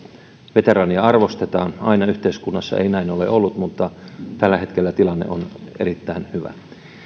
veteraaneja arvostetaan aina yhteiskunnassa ei ei näin ole ollut mutta tällä hetkellä tilanne on erittäin hyvä